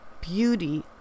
Beauty